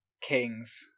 Kings